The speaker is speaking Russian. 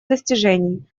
достижений